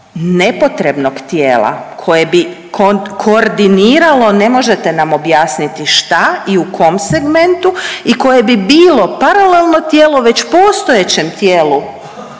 nepotrebnog tijela koje bi koordiniralo ne možete nam objasniti šta i u kom segmentu i koje bi bilo paralelno tijelo već postojećem tijelu